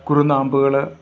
കുറുനാമ്പുകൾ